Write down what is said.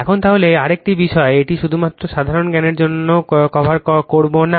এখন তাহলে আরেকটি বিষয় এটি শুধুমাত্র সাধারণ জ্ঞানের জন্য কভার করবে না